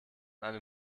einem